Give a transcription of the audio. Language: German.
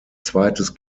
zweites